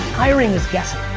hiring is guessing,